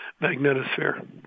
magnetosphere